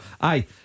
aye